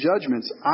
judgments